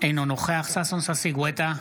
אינו נוכח ששון ששי גואטה,